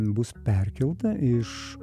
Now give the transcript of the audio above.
bus perkelta iš